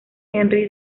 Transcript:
henry